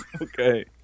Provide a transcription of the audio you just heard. Okay